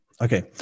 Okay